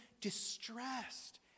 distressed